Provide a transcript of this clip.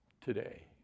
today